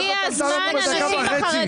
כל הזמן היא עם התמרוקים.